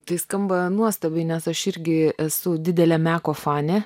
tai skamba nuostabiai nes aš irgi esu didelė meko fanė